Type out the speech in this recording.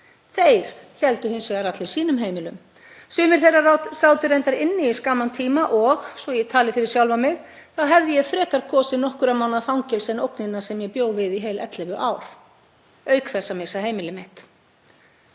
Þeir héldu hins vegar allir sínum heimilum. Sumir þeirra sátu reyndar inni í skamman tíma, en svo ég tali fyrir sjálfa mig þá hefði ég frekar kosið nokkurra mánaða fangelsi en ógnina sem ég bjó við í heil 11 ár auk þess að missa heimili mitt.